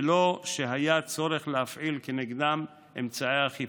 בלי שהיה צורך להפעיל כנגדן אמצעי אכיפה.